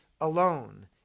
alone